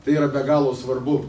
tai yra be galo svarbu